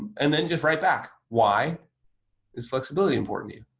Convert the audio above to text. and then just right back, why is flexibility important to you?